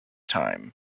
time